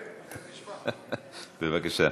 בבקשה.